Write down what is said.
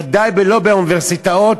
ודאי באוניברסיטאות,